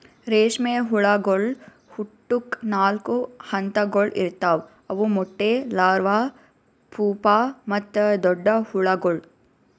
ರೇಷ್ಮೆ ಹುಳಗೊಳ್ ಹುಟ್ಟುಕ್ ನಾಲ್ಕು ಹಂತಗೊಳ್ ಇರ್ತಾವ್ ಅವು ಮೊಟ್ಟೆ, ಲಾರ್ವಾ, ಪೂಪಾ ಮತ್ತ ದೊಡ್ಡ ಹುಳಗೊಳ್